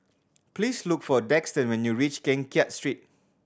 please look for Daxton when you reach Keng Kiat Street